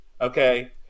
Okay